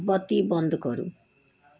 बत्ती बन्द करु